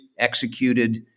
executed